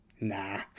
Nah